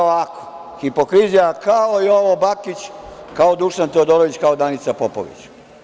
To je hipokrizija, kao i Jovo Bakić, kao Dušan Teodorović, kao Danica Popović.